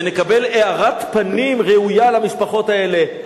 ונקבל הארת פנים ראויה למשפחות האלה.